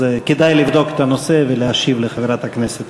כדאי לבדוק את הנושא ולהשיב לחברת הכנסת.